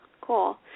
cool